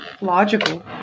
logical